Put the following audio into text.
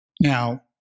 Now